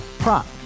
Prop